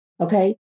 Okay